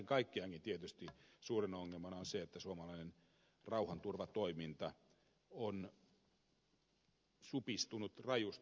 kaiken kaikkiaankin tietysti suurena ongelmana on se että suomalainen rauhanturvatoiminta on supistunut rajusti